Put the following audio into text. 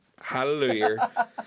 hallelujah